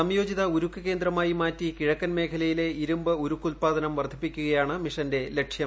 സംയോജിത ഉരുക്കു ക്യേന്ദ്മായി മാറ്റി കിഴക്കൻ മേഖലയിലെ ഇരുമ്പ് ഉരുക്കു ഉൽപാദനം വർധിപ്പിക്കുകയാണ് മിഷന്റെ ലക്ഷ്യം